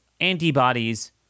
antibodies